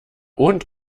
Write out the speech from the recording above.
und